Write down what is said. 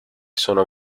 sono